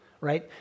right